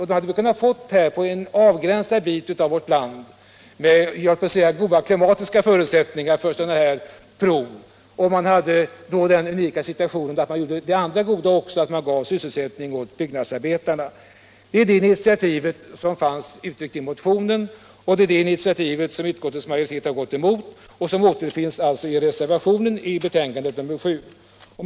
Sådana hade vi kunnat få på en avgränsad bit av vårt land med goda klimatförutsättningar för sådana här prov. Samtidigt hade vi givit sysselsättning åt byggnadsarbetarna. Detta initiativ, som fanns uttryckt i motionen, har utskottets majoritet gått emot, och det återfinns nu i den till civilutskottets betänkande nr 7 fogade reservationen.